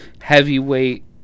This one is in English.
heavyweight